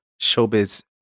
Showbiz